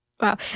Wow